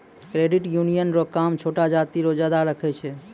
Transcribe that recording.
credit union रो काम छोटो जाति रो ज्यादा रहै छै